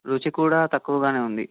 రుచి కూడా తక్కువగానే ఉంది